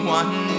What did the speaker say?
one